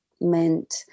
meant